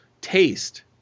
taste